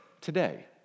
today